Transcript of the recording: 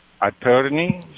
attorney